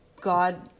God